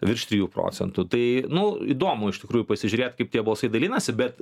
virš trijų procentų tai nu įdomu iš tikrųjų pasižiūrėt kaip tie balsai dalinasi bet